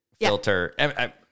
filter